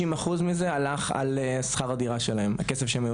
50% מזה הלך על שכר הדירה שלהם, הכסף שהם היו